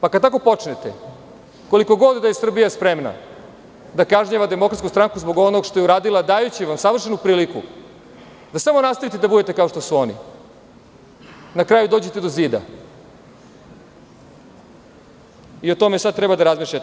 Pa kad tako počnete, koliko god da je Srbija spremana da kažnjava DS zbog onog što je uradila, dajući vam savršenu priliku da samo nastavite da budete kao što su oni, na kraju dođete do zida i o tome sada treba da razmišljate.